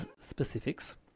specifics